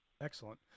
Excellent